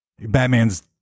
Batman's